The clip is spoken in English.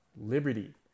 liberty